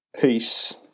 Peace